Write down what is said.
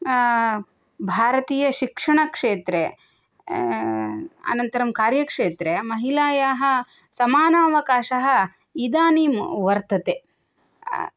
भारतीयशिक्षणक्षेत्रे अनन्तरं कार्यक्षेत्रे महिलायाः समानमवकाशः इदानीं वर्तते